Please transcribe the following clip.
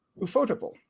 Ufotable